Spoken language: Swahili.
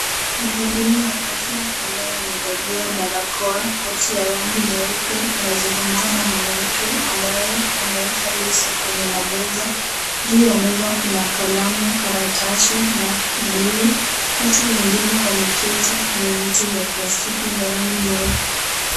Mhudumu wa afya ambaye amevalia barakaoa, koti ya rangi nyeupe anazungumza na mwanamke ambaye ameeka leso kwenye mabega . Juu ya meza kuna kalamu , karatasi na kibuyu watu wengine wameketi kwenye viti vya palstiki vya rangi nyeupe.